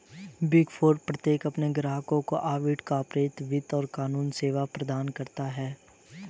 big four प्रत्येक अपने ग्राहकों को ऑडिट, कॉर्पोरेट वित्त और कानूनी सेवाएं प्रदान करता है